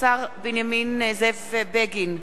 (קוראת בשמות חברי הכנסת) בנימין זאב בגין,